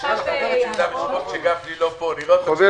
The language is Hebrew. אנחנו עוברים